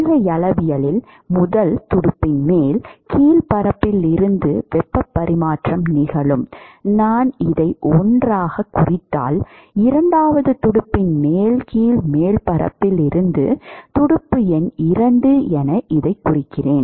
கொள்கையளவில் முதல் துடுப்பின் மேல் கீழ் மேற்பரப்பில் இருந்து வெப்பப் பரிமாற்றம் நிகழும் நான் இதை 1 ஆகக் குறித்தால் இரண்டாவது துடுப்பின் மேல் கீழ் மேற்பரப்பில் இருந்து துடுப்பு எண் 2 எனக் குறித்தால்